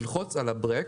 ללחוץ על הבלם.